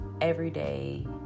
everyday